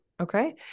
Okay